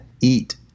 eat